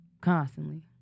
constantly